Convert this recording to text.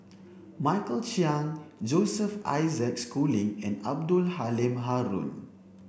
Michael Chiang Joseph Isaac Schooling and Abdul Halim Haron